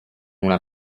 una